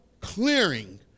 clearing